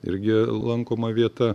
irgi lankoma vieta